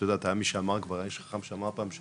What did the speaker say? היה איש חכם שאמר פעם,